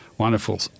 Wonderful